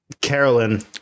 Carolyn